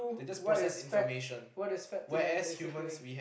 what is fat what is fat to them basically